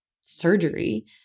surgery